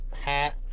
hat